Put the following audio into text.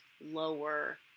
lower